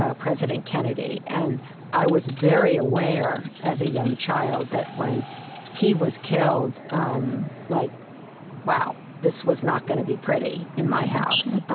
ah president kennedy. and i was very aware, as a young child, that when he was killed um like wow, this was not gonna be pretty in my house.